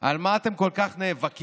על מה אתם כל כך נאבקים,